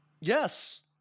Yes